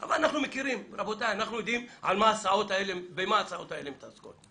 אבל אנחנו יודעים במה ההסעות האלה מתעסקות,